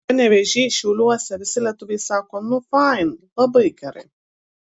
panevėžy šiauliuose visi lietuviai sako nu fain labai gerai